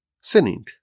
sinning